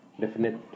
definite